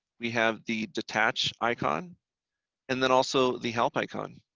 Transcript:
we have the detached icon and then also the help icon.